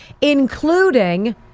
including